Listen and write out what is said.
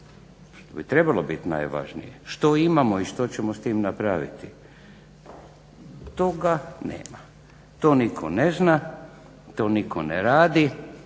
što bi trebalo biti najvažnije što imamo i što ćemo s tim napraviti. Toga nema. To nitko ne zna, to nitko ne radi